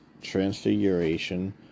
transfiguration